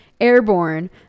Airborne